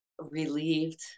relieved